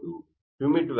humid volume ಏನು